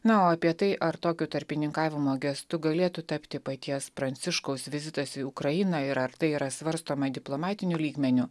na o apie tai ar tokiu tarpininkavimo gestu galėtų tapti paties pranciškaus vizitas į ukrainą ir ar tai yra svarstoma diplomatiniu lygmeniu